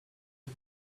red